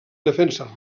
defensa